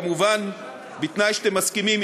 כמובן בתנאי שאתם מסכימים,